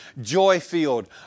Joy-filled